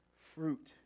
fruit